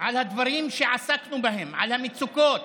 על הדברים שעסקנו בהם, על המצוקות,